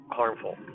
harmful